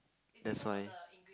that's why